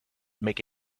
make